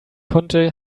konnte